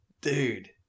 dude